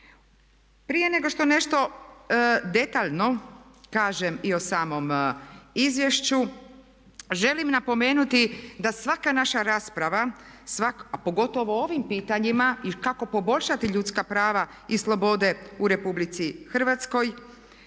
Prije nego što nešto detaljno kažem i o samom izvješću želim napomenuti da svaka naša rasprava, a pogotovo o ovim pitanjima i kako poboljšati ljudska prava i slobode u Republici Hrvatskoj